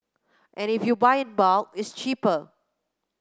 and if you buy in bulk it's cheaper